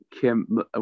Kim